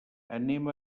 anem